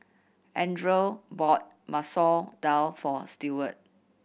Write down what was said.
Andrae bought Masoor Dal for Stewart